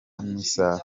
n’isaha